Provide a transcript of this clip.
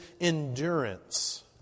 endurance